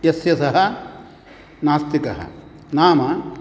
यस्य सः नास्तिकः नाम